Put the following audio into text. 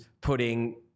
putting